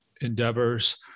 endeavors